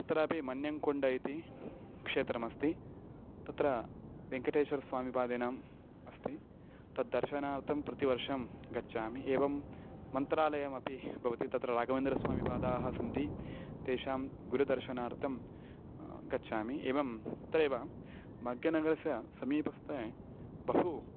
तत्रापि मन्यङ्कोण्ड इति क्षेत्रमस्ति तत्र वेङ्कटेश्वरस्वामिपादानाम् अस्ति तद्दर्शनार्थं प्रतिवर्षं गच्छामि एवं मन्त्रालयमपि भवति राघवेन्द्रस्वामिपादाः सन्ति तेषां गुरुदर्शनार्थं गच्छामि एवम् अत्रैव भाग्यनगरस्य समीपस्थे बहु